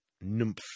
nymph